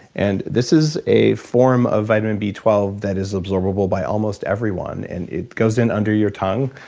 and this is a form of vitamin b twelve that is absorbable by almost everyone. and it goes in under your tongue,